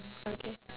okay